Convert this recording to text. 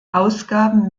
ausgaben